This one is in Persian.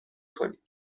کنید